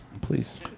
please